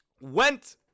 Went